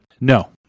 No